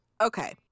Okay